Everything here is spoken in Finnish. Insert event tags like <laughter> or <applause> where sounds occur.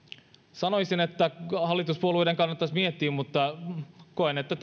sanoisin että hallituspuolueiden kannattaisi miettiä mutta koen että <unintelligible>